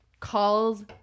calls